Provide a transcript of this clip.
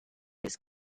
his